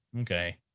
okay